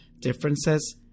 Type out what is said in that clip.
differences